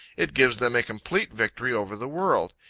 it gives them a complete victory over the world.